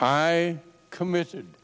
i committed